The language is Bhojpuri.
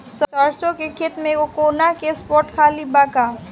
सरसों के खेत में एगो कोना के स्पॉट खाली बा का?